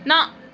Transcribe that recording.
ਨਾ